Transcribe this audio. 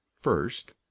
first